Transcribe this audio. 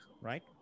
Right